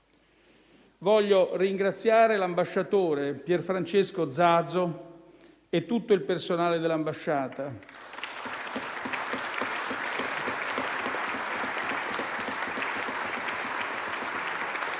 Voglio ringraziare l'ambasciatore Pier Francesco Zazo e tutto il personale dell'ambasciata